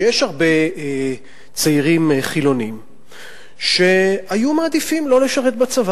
שיש הרבה צעירים חילונים שהיו מעדיפים לא לשרת בצבא,